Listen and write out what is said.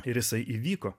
ir jisai įvyko